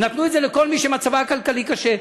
ונתנו את זה לכל מי שמצבה הכלכלי קשה,